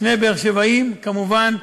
שני באר-שבעים כמובן,